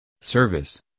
service